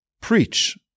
preach